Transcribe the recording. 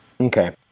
Okay